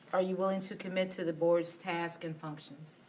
are you willing to commit to the board's tasks and functions.